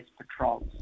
patrols